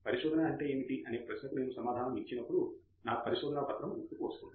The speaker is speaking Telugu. పరిశోధన అంటే ఏమిటి అనే ప్రశ్నకు నేను సమాధానం ఇచ్చినప్పుడు నా పరిశోధన పత్రపు గుర్తుకు వస్తుంది